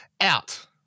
out